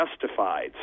justified